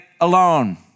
alone